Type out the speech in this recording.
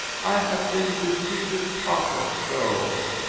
i have been deceiving papa so.